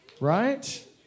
Right